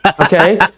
okay